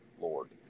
Lord